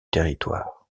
territoire